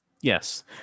Yes